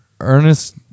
Ernest